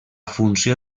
funció